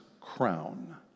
crown